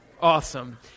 Awesome